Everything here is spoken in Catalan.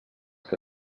que